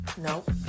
Nope